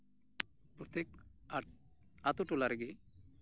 ᱯᱨᱚᱛᱮᱠ ᱟᱹᱛᱳ ᱴᱚᱞᱟ ᱨᱮᱜᱮ